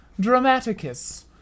dramaticus